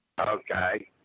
Okay